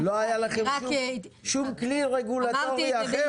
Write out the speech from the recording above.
לא היה לכם כל כלי רגולטורי אחר?